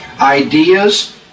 Ideas